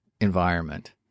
environment